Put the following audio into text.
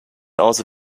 also